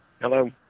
Hello